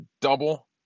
double